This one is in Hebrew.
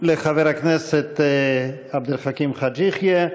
לחבר הכנסת עבד אל חכים חאג' יחיא.